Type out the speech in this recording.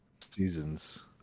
seasons